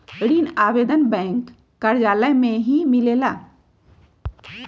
ऋण आवेदन बैंक कार्यालय मे ही मिलेला?